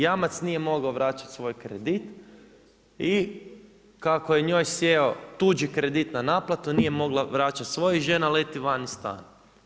Jamac nije mogao vraćati svoj kredit, i kako je njoj sjeo tuđi kredit na naplatu, nije mogla vraćati svoj, i žena leti van iz stana.